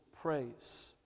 praise